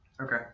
Okay